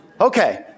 Okay